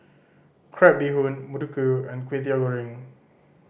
crab bee hoon muruku and Kway Teow Goreng